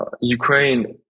Ukraine